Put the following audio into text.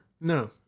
No